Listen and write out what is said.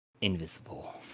invisible